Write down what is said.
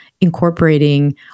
incorporating